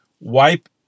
wipe